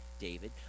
David